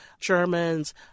Germans